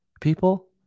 People